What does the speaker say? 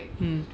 um